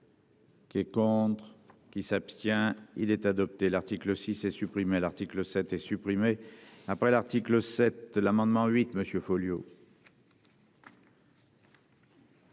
Qui est contre qui s'abstient il est adopté l'article 6 et supprimer l'article 7 est supprimé après l'article 7 l'amendement huit